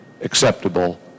acceptable